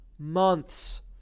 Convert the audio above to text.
months